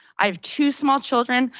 i have two small children.